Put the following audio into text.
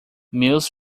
meus